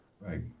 right